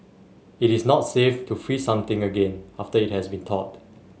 it is not safe to freeze something again after it has be thawed